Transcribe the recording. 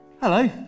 Hello